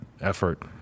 effort